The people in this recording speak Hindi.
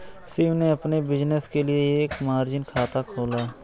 शिव ने अपने बिज़नेस के लिए एक मार्जिन खाता खोला